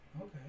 Okay